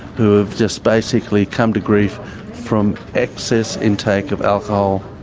who have just basically come to grief from excess intake of alcohol,